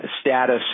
status